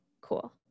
Cool